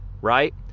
right